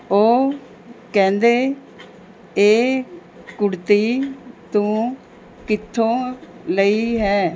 ਉਹ ਕਹਿੰਦੇ ਇਹ ਕੁੜਤੀ ਤੂੰ ਕਿੱਥੋਂ ਲਈ ਹੈ